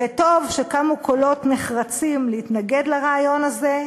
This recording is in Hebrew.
וטוב שקמו קולות נחרצים להתנגד לרעיון הזה.